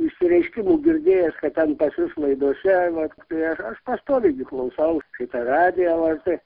išsireiškimų girdėjęs kad ten pas jus laidose vat ir aš pastoviai gi klausau šitą radiją lrt